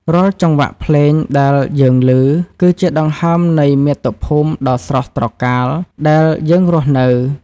រាល់ចង្វាក់ភ្លេងដែលយើងឮ គឺជាដង្ហើមនៃមាតុភូមិដ៏ស្រស់ត្រកាលដែលយើងរស់នៅ។